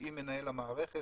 עם מנהל המערכת.